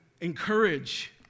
encourage